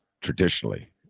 traditionally